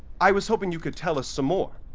i was hoping you could tell us some more.